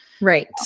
Right